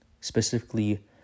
specifically